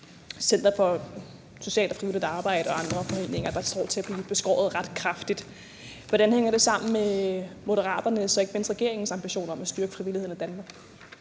Center for Frivilligt Socialt Arbejde og andre foreninger, der står til at blive beskåret ret kraftigt. Hvordan hænger det sammen med Moderaternes og ikke mindst regeringens ambition om at styrke frivilligheden i Danmark?